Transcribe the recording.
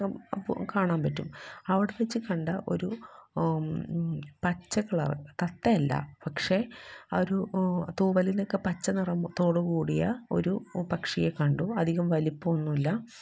കാണാൻ പറ്റും അവിടെ വച്ച് കണ്ട ഒരു പച്ച കളർ തത്ത അല്ല പക്ഷെ അ ഒരു തൂവലിലൊക്കെ ഒരു പച്ച നിറത്തോടു കൂടിയ ഒരു പക്ഷിയെ കണ്ടു അധികം വലുപ്പമൊന്നുമില്ല